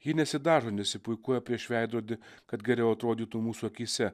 ji nesidažo nesipuikuoja prieš veidrodį kad geriau atrodytų mūsų akyse